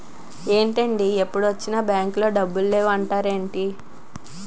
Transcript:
ఏంటండీ ఎప్పుడొచ్చినా బాంకులో డబ్బులు లేవు అంటారేంటీ?